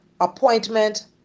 appointment